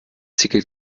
ticket